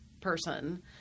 person